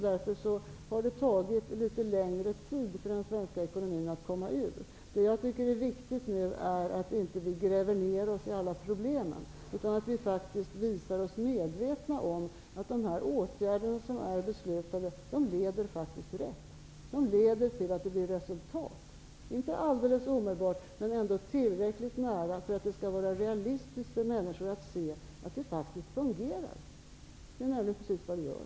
Därför har det tagit lite längre tid för den svenska ekonomin att komma ur denna kris. Jag tycker att det är viktigt att vi inte gräver ned oss i alla problem, utan att vi faktiskt visar att vi är medvetna om att de beslutade åtgärderna leder rätt. De kommer att leda till resultat. Det kommer inte att ske alldeles omedelbart, men ändå tillräckligt nära för att det skall vara realistiskt och för att människor skall se att det fungerar.